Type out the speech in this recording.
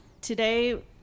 Today